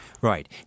Right